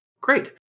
great